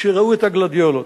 כשראו את הגלדיולות.